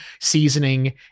seasoning